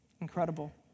Incredible